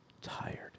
tired